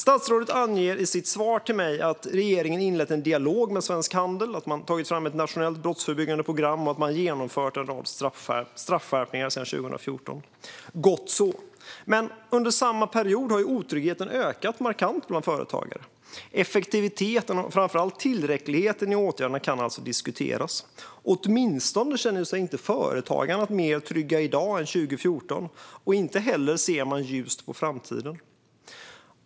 Statsrådet anger i sitt svar till mig att regeringen har inlett en dialog med Svensk Handel, att man tagit fram ett nationellt brottsförebyggande program och att man har genomfört en rad straffskärpningar sedan 2014. Gott så, men under samma period har otryggheten ökat markant bland företagare. Effektiviteten och framför allt tillräckligheten i åtgärderna kan alltså diskuteras. Åtminstone känner sig företagarna inte mer trygga i dag än 2014, och inte heller ser de ljust på framtiden.